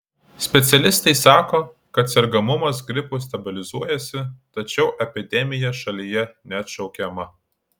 specialistai sako kad sergamumas gripu stabilizuojasi tačiau epidemija šalyje neatšaukiama